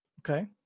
Okay